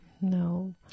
No